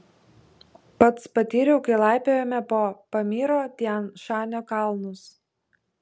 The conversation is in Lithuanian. pats patyriau kai laipiojome po pamyro tian šanio kalnus